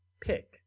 pick